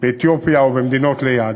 באתיופיה או במדינות ליד,